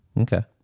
Okay